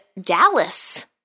Dallas